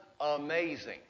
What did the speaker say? amazing